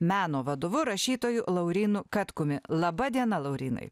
meno vadovu rašytoju laurynu katkumi laba diena laurynai